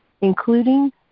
including